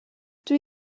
dwi